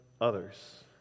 others